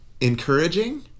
encouraging